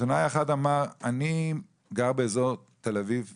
עיתונאי אחד אמר: אני גר באזור תל אביב צפון,